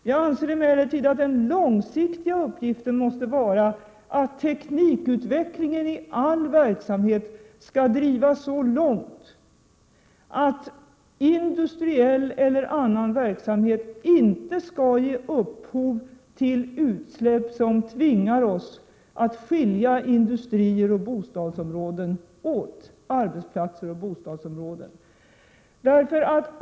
Jag anser emellertid att den långsiktiga uppgiften måste vara att teknikutvecklingen i all verksamhet skall drivas så långt att industriell eller annan verksamhet inte skall ge upphov till utsläpp som tvingar oss att skilja arbetsplatser och bostadsområden åt.